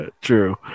True